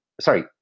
sorry